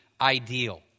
ideal